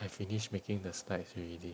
I finish making the slides already